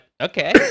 okay